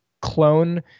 clone